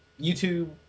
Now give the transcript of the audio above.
YouTube